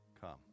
come